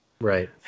Right